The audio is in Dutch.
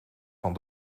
van